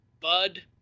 Bud